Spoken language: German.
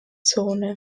zone